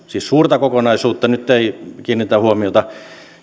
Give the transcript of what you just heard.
siis suurta kokonaisuutta nyt ei kiinnitetä huomiota